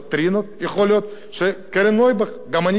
יכול להיות שקרן נויבך, גם אני קיבלתי את זה.